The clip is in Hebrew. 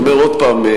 אני אומר עוד פעם,